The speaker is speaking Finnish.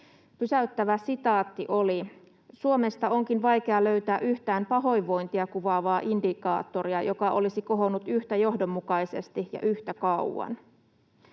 Pysäyttävä sitaatti oli: ”Suomesta on vaikea löytää yhtään pahoinvointia kuvaavaa indikaattoria, joka olisi kohonnut yhtä johdonmukaisesti ja yhtä kauan.”